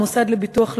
המוסד לביטוח לאומי,